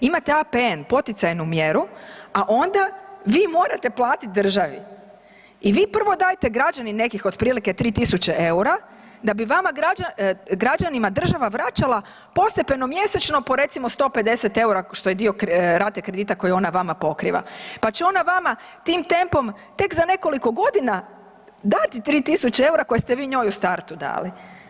Imate APN poticajnu mjeru, a onda vi morate platit državi i vi prvo dajete, građani nekih otprilike 3.000 EUR-a da bi vama građanima država vraćala postepeno mjesečno po recimo 150 EUR-a što je dio rate kredita koje ona vama pokriva, pa će ona vama tim tempom tek za nekoliko godina dati 3.000 EUR-a koje ste vi njoj u startu dali.